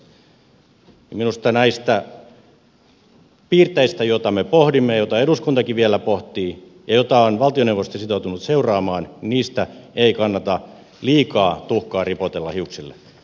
minusta näistä piirteistä joita me pohdimme joita eduskuntakin vielä pohtii ja joita on valtioneuvosto sitoutunut seuraamaan ei kannata liikaa tuhkaa ripotella hiuksille